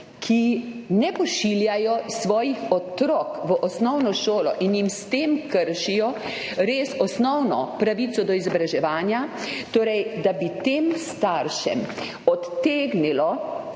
ki ne pošiljajo svojih otrok v osnovno šolo in jim s tem kršijo res osnovno pravico do izobraževanja, odtegnilo